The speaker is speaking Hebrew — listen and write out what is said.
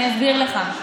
אני אסביר לך,